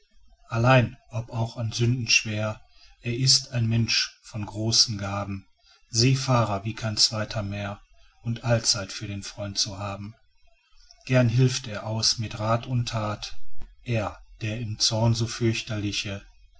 allein ob auch an sünden schwer er ist ein mensch von großen gaben seefahrer wie kein zweiter mehr und allzeit für den freund zu haben gern hilft er aus mit rath und that er der im zorn so fürchterliche